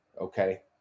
okay